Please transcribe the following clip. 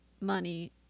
money